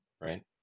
right